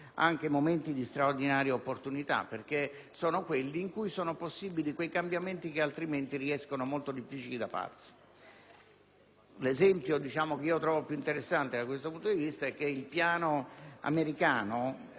anche di straordinaria opportunità, perché sono quelli in cui sono possibili quei cambiamenti che altrimenti sarebbero molto difficoltosi. L'esempio che trovo più interessante da questo punto di vista è il piano americano